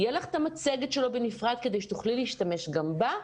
יהיה לך את המצגת שלו בנפרד כדי שתוכלי להשתמש גם בה,